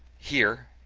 here,